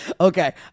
okay